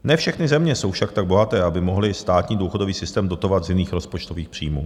Ne všechny země jsou však tak bohaté, aby mohly státní důchodový systém dotovat z jiných rozpočtových příjmů.